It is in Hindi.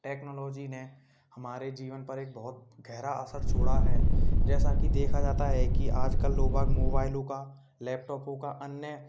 टेक्नोलॉजी ने हमारे जीवन पर एक बहुत गहरा असर छोड़ा है जैसा कि देखा जाता है कि आज कल लोग बाग मोबाइलों का लैपटोपों का अन्य